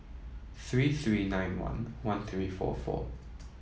three three nine one one three four four